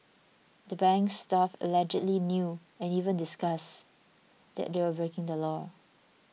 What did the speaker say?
the bank's staff allegedly knew and even discussed that they were breaking the law